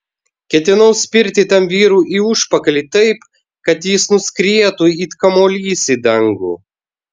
ketinau spirti tam vyrui į užpakalį taip kad jis nuskrietų it kamuolys į dangų